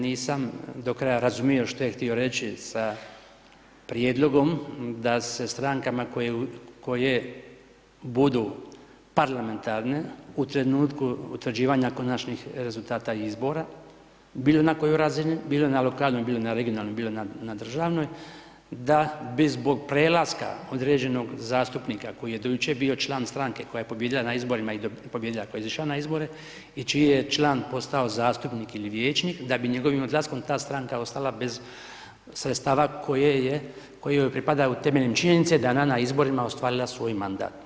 Nisam do kraja razumio što je htio reći sa prijedlogom ga se strankama koje budu parlamentarne u trenutku utvrđivanja konačnih rezultata izbora, bilo na kojoj razini, bilo na lokalnim, bilo na regionalnim, bilo na državnoj, da bi zbog prelaska određenog zastupnika koji je do jučer bio član stranke koje je pobijedila na izborima i pobijedila ako je izašla na izbore i čiji je član postao zastupnik ili vijećnik, da bi njegovim odlaskom ta stranka ostala bez sredstava koje joj pripadaju temeljem činjenica da je ona na izborima ostvarila svoj mandat.